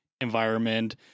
environment